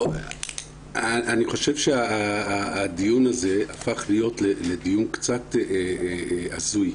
אני חושב שהדיון הזה הפך להיות לדיון קצת הזוי.